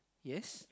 yes